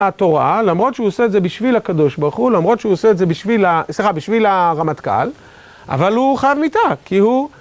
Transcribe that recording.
התורה, למרות שהוא עושה את זה בשביל הקדוש ברוך הוא, למרות שהוא עושה את זה בשביל, סליחה, בשביל הרמטכ"ל, אבל הוא חייב מיתה כי הוא